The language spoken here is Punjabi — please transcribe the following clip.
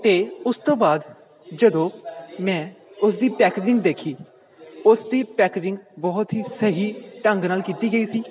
ਅਤੇ ਉਸ ਤੋਂ ਬਾਅਦ ਜਦੋਂ ਮੈਂ ਉਸ ਦੀ ਪੈਕਜਿੰਗ ਦੇਖੀ ਉਸ ਦੀ ਪੈਕਜਿੰਗ ਬਹੁਤ ਹੀ ਸਹੀ ਢੰਗ ਨਾਲ ਕੀਤੀ ਗਈ ਸੀ